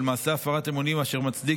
הרף של מעשה הפרת אמונים אשר מצדיק